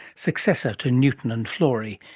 successor to newton and florey,